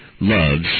loves